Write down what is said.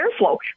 airflow